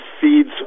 seeds